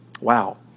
Wow